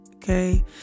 Okay